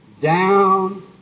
Down